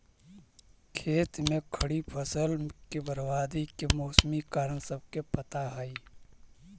खेत में खड़ी फसल के बर्बादी के मौसमी कारण सबके पता हइ